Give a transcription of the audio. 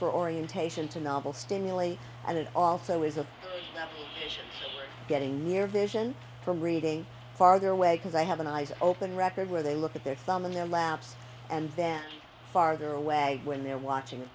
for orientation to novel stimulate and it also is a getting near vision from reading farther away because i have an eyes open record where they look at their thumb in their laps and then farther away when they're watching